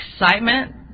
excitement